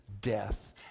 death